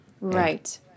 Right